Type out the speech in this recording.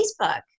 Facebook